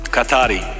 Qatari